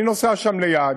אני נוסע שם ליד